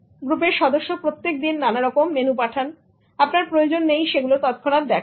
গ্রুপের সদস্য প্রত্যেকদিন নানা রকম মেনু পাঠান সুতরাং আপনার প্রয়োজন নেই সেগুলো তৎক্ষণাৎ দেখার